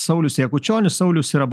saulius jakučionis saulius yra